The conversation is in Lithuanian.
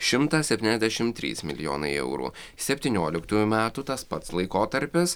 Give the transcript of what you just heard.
šimtas septyniasdešim trys milijonai eurų septynioliktųjų metų tas pats laikotarpis